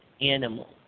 animal